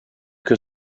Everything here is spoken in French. que